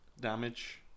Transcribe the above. damage